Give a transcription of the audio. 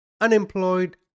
Unemployed